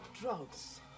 Drugs